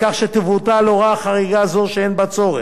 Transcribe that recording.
כך שתבוטל הוראה חריגה זו, שאין בה צורך,